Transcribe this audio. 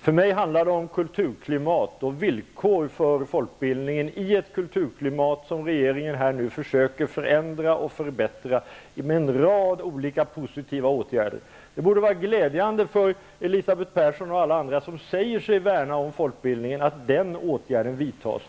För mig handlar det om kulturklimat och villkor för folkbildningen i ett kulturklimat som regeringen nu försöker förändra och förbättra med en rad olika positiva åtgärder. Det borde vara glädjande för Elisabeth Persson och alla andra som säger sig värna om folkbildningen att den åtgärden vidtas.